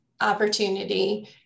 opportunity